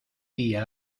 día